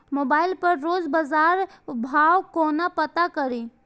Mobile पर रोज बजार भाव कोना पता करि?